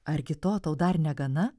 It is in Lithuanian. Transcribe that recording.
argi to tau dar negana